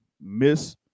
miss